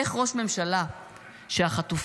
איך ראש ממשלה שהחטופים,